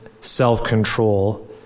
self-control